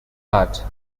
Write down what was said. part